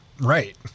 Right